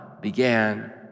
began